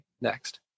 next